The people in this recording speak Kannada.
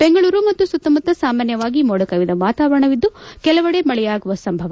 ಬೆಂಗಳೂರು ಮತ್ತು ಸುತ್ತಮುತ್ತ ಸಾಮಾನ್ಯವಾಗಿ ಮೋಡ ಕವಿದ ವಾತಾವಣವಿದ್ದು ಕೆಲವೆಡೆ ಮಳೆಯಾಗುವ ಸಂಭವ